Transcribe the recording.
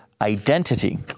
identity